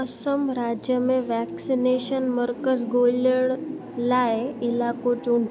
असम राज्य में वैक्सनेशन मर्कज़ ॻोल्हण लाइ इलाइको चूंडियो